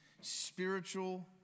spiritual